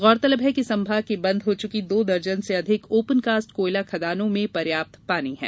गौरतलब है कि संभाग की बंद हो चुकी दो दर्जन से अधिक ओपन कास्ट कोयला खदानों में पर्याप्त पानी है